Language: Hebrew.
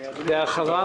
אדוני היושב-ראש,